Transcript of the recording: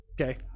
okay